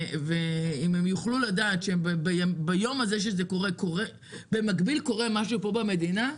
אם ביום הזה שזה קורה הם יידעו שקורה משהו במדינה,